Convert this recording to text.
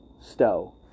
Stow